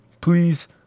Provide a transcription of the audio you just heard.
please